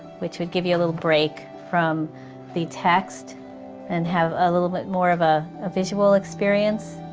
which would give you a little break from the text and have a little bit more of a, a visual experience.